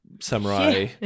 samurai